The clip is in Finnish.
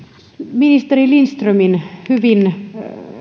ministeri lindströmin hyvin